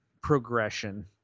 progression